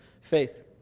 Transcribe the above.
faith